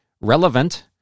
relevant